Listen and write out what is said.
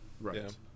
right